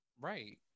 Right